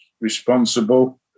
responsible